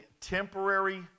temporary